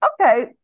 Okay